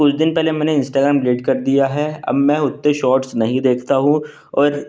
कुछ दिन पहले मैंने इंस्टाग्राम अपडेट कर दिया है अब मैं उतने शौर्टस नहीं देखता हूँ और